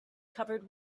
covered